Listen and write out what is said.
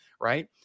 right